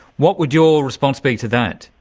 what would your response be to that?